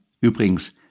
Übrigens